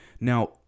Now